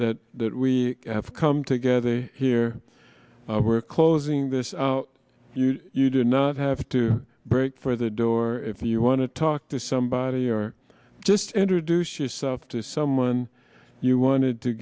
that that we have come together here we're closing this out you do not have to break for the door if you want to talk to somebody or just introduce yourself to someone you wanted to